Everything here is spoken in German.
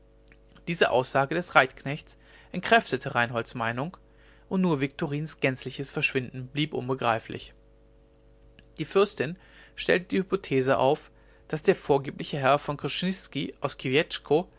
diese aussage des reitknechts entkräftete reinholds meinung und nur viktorins gänzliches verschwinden blieb unbegreiflich die fürstin stellte die hypothese auf daß der vorgebliche herr von krczynski aus